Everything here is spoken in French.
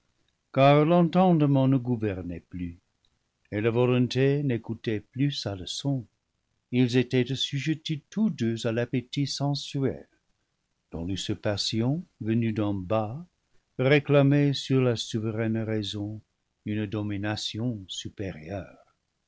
car l'entendement ne gouvernait plus et la volonté n'écoutait plus sa leçon ils étaient assujettis tous deux à l'appétit sensuel dont l patient venu d'en bas réclamait sur la souveraine raison une domination supérieure